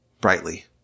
brightly